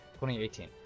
2018